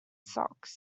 sox